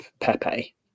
Pepe